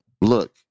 look